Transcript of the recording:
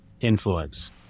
influence